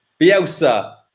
Bielsa